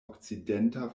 okcidenta